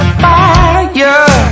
fire